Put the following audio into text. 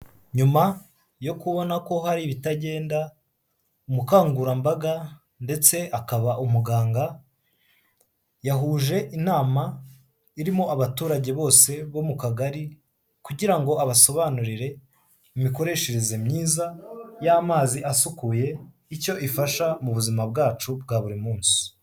Nyuma yo kubona ko hari ibitagenda, umukangurambaga ndetse akaba umuganga yahuje inama irimo abaturage bose bo mu kagari kugira ngo abasobanurire imikoreshereze myiza y'amazi asukuye icyo ifasha mu buzima bwacu bwa buri munsi.